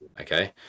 Okay